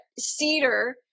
cedar